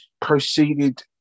proceeded